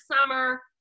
summer